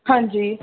ਹਾਂਜੀ